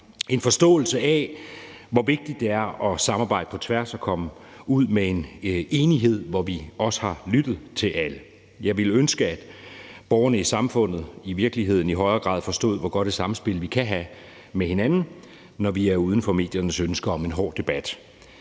en forståelse af, hvor vigtigt det er at samarbejde på tværs og komme ud med en enighed, hvor vi også har lyttet til alle. Jeg ville i virkeligheden ønske, at borgerne i samfundet i højere grad forstod, hvor godt et samspil vi kan have med hinanden, når vi ikke ligger under for mediernes ønske om en hård debat.